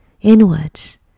inwards